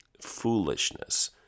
foolishness